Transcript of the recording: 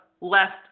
left